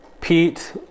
Pete